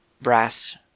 Brass